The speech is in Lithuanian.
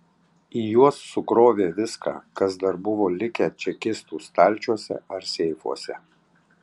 į juos sukrovė viską kas dar buvo likę čekistų stalčiuose ar seifuose